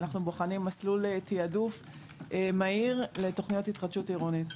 מסלול תיעדוף מהיר לתוכניות התחדשות עירונית.